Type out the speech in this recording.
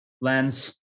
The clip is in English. lens